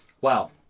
Wow